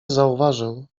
zauważył